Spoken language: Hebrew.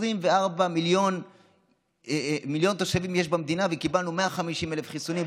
24 מיליון תושבים יש במדינה וקיבלנו 150,000 חיסונים.